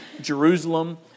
Jerusalem